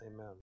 Amen